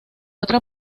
otra